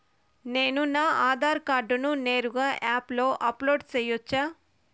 నేను నా ఆధార్ కార్డును నేరుగా యాప్ లో అప్లోడ్ సేయొచ్చా?